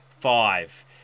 five